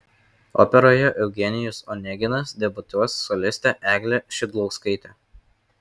operoje eugenijus oneginas debiutuos solistė eglė šidlauskaitė